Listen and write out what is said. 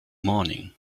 morning